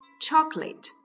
chocolate